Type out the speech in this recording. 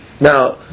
Now